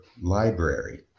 Library